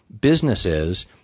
businesses